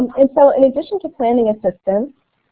um in so and addition to planning assistance